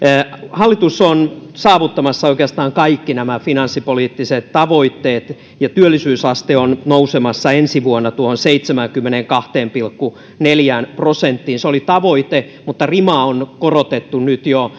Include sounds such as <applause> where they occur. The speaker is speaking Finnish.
hallitus on saavuttamassa oikeastaan kaikki nämä finanssipoliittiset tavoitteet ja työllisyysaste on nousemassa ensi vuonna seitsemäänkymmeneenkahteen pilkku neljään prosenttiin se oli tavoite mutta rimaa on korotettu jo <unintelligible>